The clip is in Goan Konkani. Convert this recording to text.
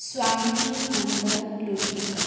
स्वामिनी नंदन लोटलीकर